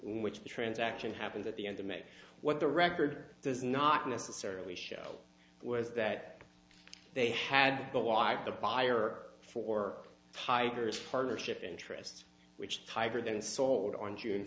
which the transaction happened at the end of may what the record does not necessarily show was that they had but why the buyer for pikers partnership interest which tiger then sold on june